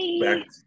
back